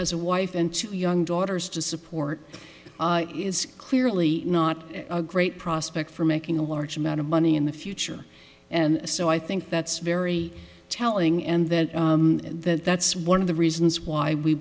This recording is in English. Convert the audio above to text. has a wife and two young daughters to support is clearly not a great prospect for making a large amount of money in the future and so i think that's very telling and then that that's one of the reasons why we